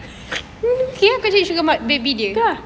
tu ah